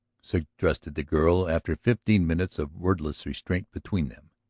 suggested the girl after fifteen minutes of wordless restraint between them.